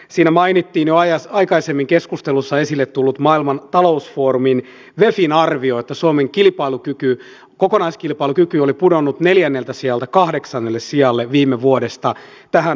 siinä mainittiin jo aikaisemmin keskustelussa esille tullut maailman talousfoorumin wefin arvio että suomen kokonaiskilpailukyky oli pudonnut neljänneltä sijalta kahdeksannelle sijalle viime vuodesta tähän vuoteen